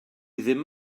ddim